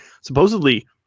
supposedly